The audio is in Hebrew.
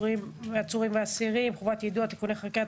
עצורים ואסירים (חובת יידוע) (תיקוני חקיקה),